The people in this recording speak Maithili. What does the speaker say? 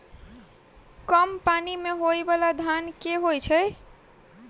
कम पानि मे होइ बाला धान केँ होइ छैय?